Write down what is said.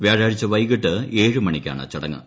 വ്യാഴാഴ്ച വൈകിട്ട് ഏഴ് മണിക്കാണ് ചടങ്ങ്